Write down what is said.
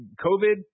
COVID